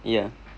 yeah